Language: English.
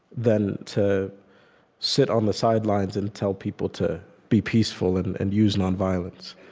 than to sit on the sidelines and tell people to be peaceful and and use nonviolence.